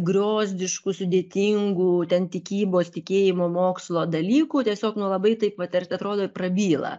griozdiškų sudėtingų ten tikybos tikėjimo mokslo dalykų tiesiog nu labai taip va atrodo prabyla